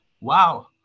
wow